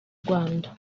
rwanda